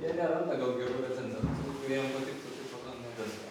jie nerenda gal gerų recenzentų kurie jiem patiktų tai po to nededa